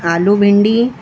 आलू भींडी